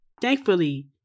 Thankfully